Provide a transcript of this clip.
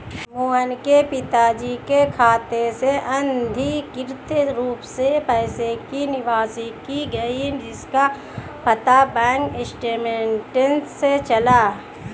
मोहन के पिताजी के खाते से अनधिकृत रूप से पैसे की निकासी की गई जिसका पता बैंक स्टेटमेंट्स से चला